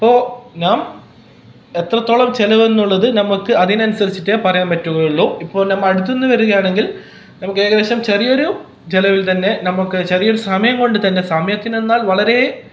അപ്പോൾ നാം എത്രത്തോളം ചിലവ് എന്നുള്ളത് നമുക്ക് അതിനനുസരിച്ചിട്ടേ പറയാൻ പറ്റുകയുള്ളു ഇപ്പം നമ്മൾ അടുത്തൂന്ന് വരുകയാണെങ്കിൽ നമുക്കേകദേശം ചെറിയൊരു ചിലവിൽ തന്നെ നമുക്ക് ചെറിയൊരു സമയം കൊണ്ടു തന്നെ സമയത്തിനെന്നാൽ വളരെ